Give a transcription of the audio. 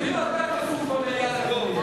אפילו אתה כפוף במליאה לכללים.